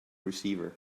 receiver